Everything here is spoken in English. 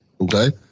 okay